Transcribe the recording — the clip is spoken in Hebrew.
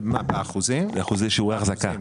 באחוזי שיעורי אחזקה.